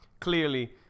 Clearly